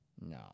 No